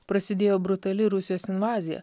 prasidėjo brutali rusijos invazija